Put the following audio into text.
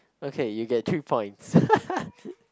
okay you get three points